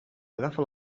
agafa